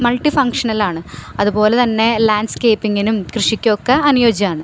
multi ഫങ്ഷനലാണ് അതുപോലെ തന്നെ ലാൻഡ്സ്കേപ്പിങ്ങിനും കൃഷിക്കുമൊക്കെ അനുയോജ്യമാണ്